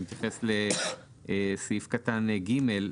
אני מתייחס לסעיף קטן (ג).